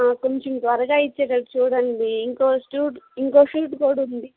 కొంచెం త్వరగా ఇచ్చేట్టటు చూడండి ఇంకో స్టూట్ ఇంకో షూట్ కూడా ఉంది